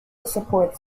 supports